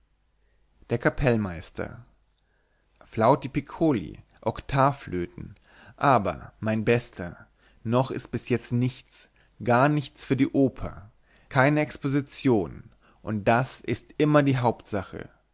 der kapellmeister flauti piccoli oktavflötchen aber mein bester noch bis jetzt nichts gar nichts für die oper keine exposition und das ist immer die hauptsache